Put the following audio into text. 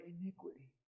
iniquity